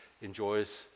enjoys